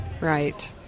Right